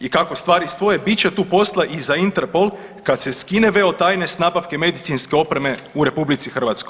I kako stvari stoje bit će tu posla i za INTERPOL kad se skine veo tajne s nabavke medicinske opreme u RH.